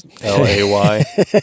l-a-y